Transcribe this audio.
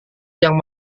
yang